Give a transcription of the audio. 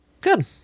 Good